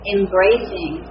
Embracing